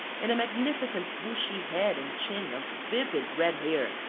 and a magnificent bushy head and chin of vivid red hair.